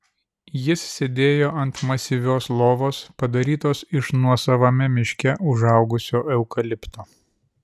jis sėdėjo ant masyvios lovos padarytos iš nuosavame miške užaugusio eukalipto